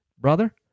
brother